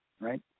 right